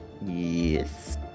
Yes